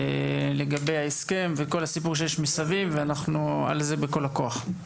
לגבי ההסכם וכל הסיפור שיש מסביב ואנחנו על זה בכל הכוח.